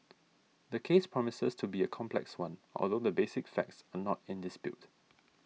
the case promises to be a complex one although the basic facts are not in dispute